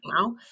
now